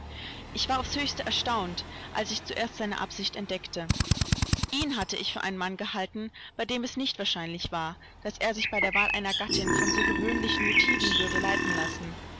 ich war aufs höchste erstaunt als ich zuerst seine absicht entdeckte ihn hatte ich für einen mann gehalten bei dem es nicht wahrscheinlich war daß er sich bei der wahl einer gattin von so gewöhnlichen motiven würde leiten lassen